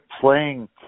playing